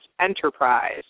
Enterprise